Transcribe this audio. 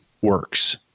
works